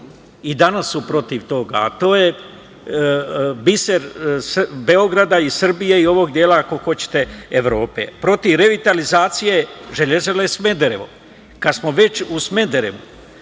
i danas su protiv toga, a to je biser Beograda i Srbije, i ovog dela, ako hoćete Evrope, protiv revitalizacije Železare Smederevo. Kada smo već u Smederevu,